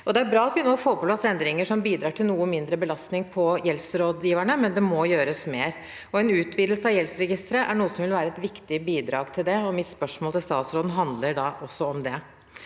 Det er bra at vi nå får på plass endringer som bidrar til noe mindre belastning på gjeldsrådgiverne, men det må gjøres mer. En utvidelse av gjeldsregisteret vil være et viktig bidrag til det. Mitt spørsmål til statsråden handler også om det.